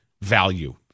value